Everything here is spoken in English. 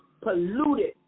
polluted